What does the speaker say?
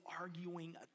arguing